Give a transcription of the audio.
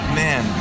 man